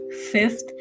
Fifth